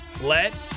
let